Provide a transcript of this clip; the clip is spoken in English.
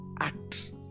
act